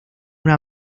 una